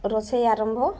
ରୋଷେଇ ଆରମ୍ଭ